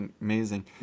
amazing